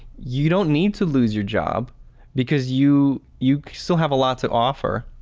you don't need to lose your job because you you still have a lot to offer.